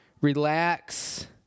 relax